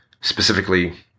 specifically